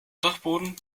dachboden